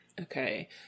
Okay